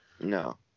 No